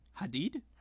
Hadid